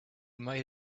might